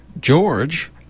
George